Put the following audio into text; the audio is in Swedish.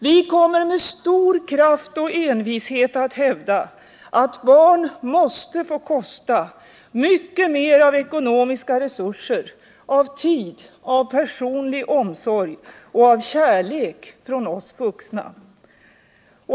Vi kommer med stor kraft och envishet att hävda att barn måste få kosta mycket mer av ekonomiska resurser, tid, personlig omsorg och kärlek från oss vuxna.